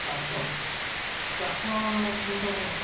ଚାଷ ଚାଷ ତ